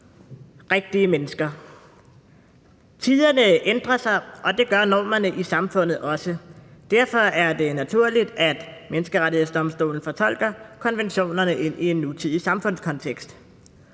rigtige mennesker. Tiderne ændrer sig, og det gør normerne i samfundet også. Derfor er det naturligt, at Menneskerettighedsdomstolen fortolker konventionerne ind i en nutidig samfundskontekst.